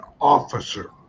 officer